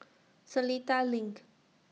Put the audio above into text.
Seletar LINK